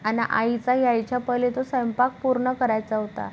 अन् आईचा यायच्या पहिले तर स्वैंपाक पूर्ण करायचा होता